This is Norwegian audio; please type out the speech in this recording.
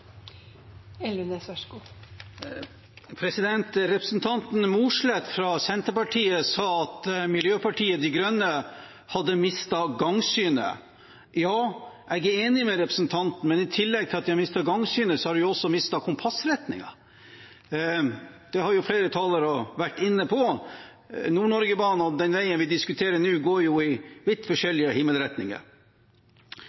Representanten Mossleth fra Senterpartiet sa at Miljøpartiet De Grønne hadde mistet gangsynet. Ja, jeg er enig med representanten, men i tillegg til at de har mistet gangsynet, har de mistet kompassretningen. Det har flere talere vært inne på. Nord-Norge-banen og den veien vi diskuterer nå, går jo i vidt